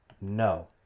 No